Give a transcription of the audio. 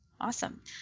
awesome